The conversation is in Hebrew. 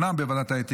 (כהונה בוועדת האתיקה),